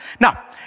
Now